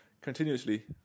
continuously